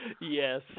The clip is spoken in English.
yes